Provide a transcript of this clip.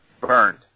Burned